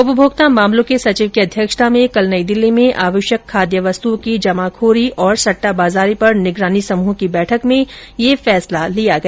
उपभोक्ता मामलों के सचिव की अध्यक्षता में कल नई दिल्ली में आवश्यक खाद्य वस्तुओं की जमाखोरी और सट्टाबाजारी पर निगरानी समूह की बैठक में यह फैसला लिया गया